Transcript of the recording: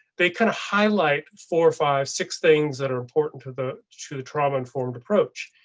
they kind of highlight four, five, six things that are important to the to the trauma informed approach.